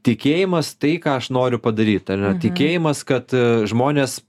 tikėjimas tai ką aš noriu padaryt ar ar tikėjimas kad e žmonės